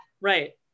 Right